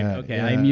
ah okay,